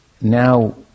now